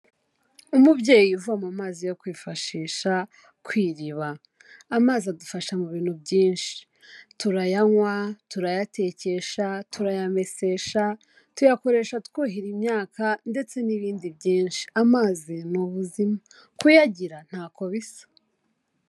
Umubyeyi uvoma amazi yo kwifashisha ku iriba, amazi adufasha mu bintu byinshi, turayanywa, turayatekesha, turayamesesha, tuyakoresha twuhira imyaka ndetse n'ibindi byinshi amazi ni ubuzima, kuyagira ntako bisa.